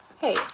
hey